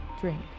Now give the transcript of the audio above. drink